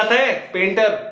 i but and